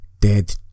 Dead